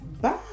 Bye